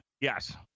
Yes